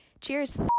cheers